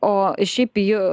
o šiaip jų